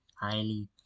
highly